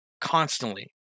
constantly